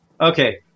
Okay